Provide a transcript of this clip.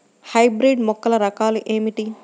Hybrid మొక్కల రకాలు ఏమిటి?